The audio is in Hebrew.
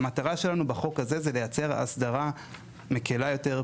והמטרה שלנו בחוק הזה זה לייצר הסדרה מקלה יותר,